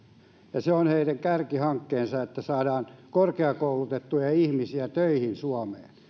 ja heidän kärkihankkeensa on että saadaan korkeakoulutettuja ihmisiä töihin suomeen